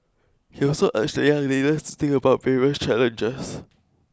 he also urged the young leaders to think about various challenges